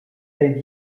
tej